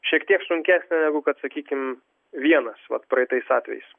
šiek tiek sunkesnė negu kad sakykim vienas vat praeitais atvejais